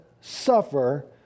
suffer